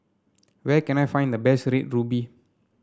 where can I find the best Red Ruby